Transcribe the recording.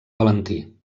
valentí